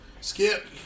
skip